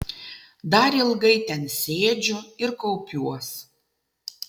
dar ilgai ten sėdžiu ir kaupiuos